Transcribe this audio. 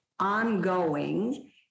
ongoing